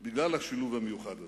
בגלל השילוב המיוחד הזה,